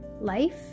life